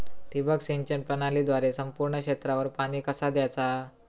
ठिबक सिंचन प्रणालीद्वारे संपूर्ण क्षेत्रावर पाणी कसा दयाचा?